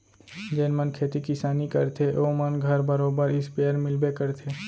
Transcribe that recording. जेन मन खेती किसानी करथे ओ मन घर बरोबर इस्पेयर मिलबे करथे